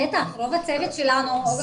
בטח, רוב הצוות שלנו.